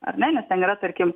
ar ne nes ten yra tarkim